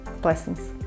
blessings